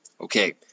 Okay